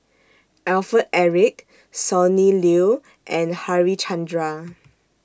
Alfred Eric Sonny Liew and Harichandra